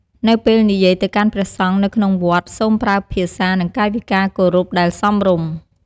នៅពេលនិយាយទៅកាន់ព្រះសង្ឃនៅក្នុងវត្ត សូមប្រើភាសា និងកាយវិការគោរពដែលសមរម្យ។